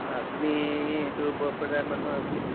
আপুনি এইটো বৰপেটাৰ মানুহ আপুনি